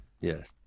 Yes